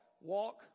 walk